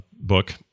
book